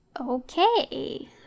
Okay